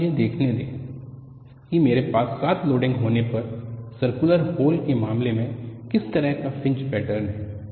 अब मुझे देखने दें कि मेरे पास 7 लोडिंग होने पर सर्कुलर होल के मामले मे किस तरह का फ्रिंज पैटर्न है